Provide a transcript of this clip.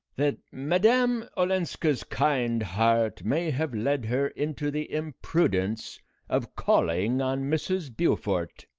that madame olenska's kind heart may have led her into the imprudence of calling on mrs. beaufort.